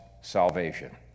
salvation